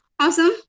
Awesome